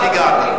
רק הגעת.